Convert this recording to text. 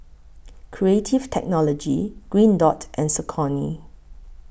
Creative Technology Green Dot and Saucony